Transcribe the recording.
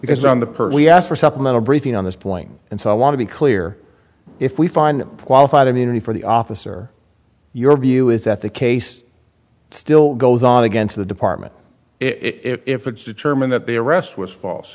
because on the per we ask for supplemental briefing on this point and so i want to be clear if we find qualified immunity for the officer your view is that the case still goes on against the department if it's determined that the arrest was false